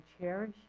cherish